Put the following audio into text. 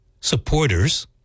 supporters